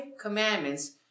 commandments